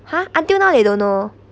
ha until now they don't know